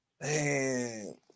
Man